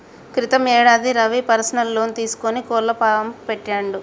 క్రితం యేడాది Ravi personal loan తీసుకొని కోళ్ల ఫాం పెట్టిండు